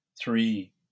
three